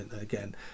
again